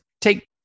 Take